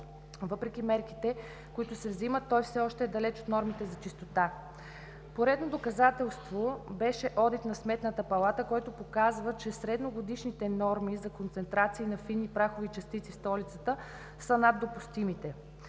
Въпреки мерките, които се вземат, той все още е далеч от нормите за чистота. Поредно доказателство беше одит на Сметната палата, който показва, че средногодишните норми за концентрация на фини прахови частици в столицата са над допустимите.